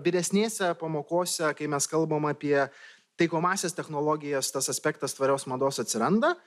vyresnėse pamokose kai mes kalbam apie taikomąsias technologijas tas aspektas tvarios mados atsiranda